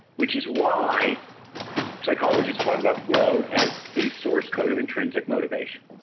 which is why psychologists talk about flow as these source code of intrinsic motivation.